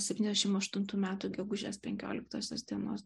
septyniasdešimt aštuntų metų gegužės penkioliktosios dienos